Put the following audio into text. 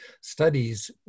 studies